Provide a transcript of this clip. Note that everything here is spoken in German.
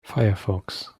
firefox